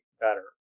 better